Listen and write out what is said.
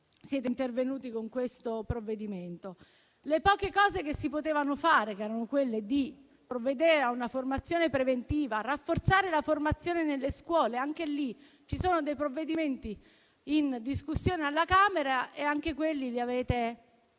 siete intervenuti con questo provvedimento. Le poche cose che si potevano fare erano provvedere a una formazione preventiva, rafforzare la formazione nelle scuole e anche in tal senso dei provvedimenti sono in discussione alla Camera; ma anche quelli li avete